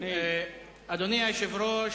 אדוני היושב-ראש,